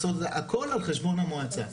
הכל על חשבון המועצה.